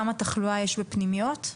כמה תחלואה יש בפנימיות?